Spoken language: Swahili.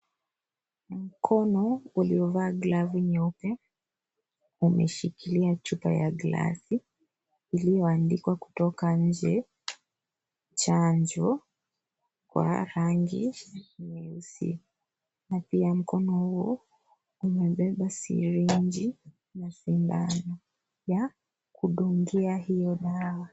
Mkono uliovaa glavu nyeupe, umeshikilia chupa ya gilasi, iliyoandikwa kutoka nje; chanjo kwa rangi nyeusi. Na pia mkono huo umebeba sirinji na sindano ya kundungia hiyo dawa.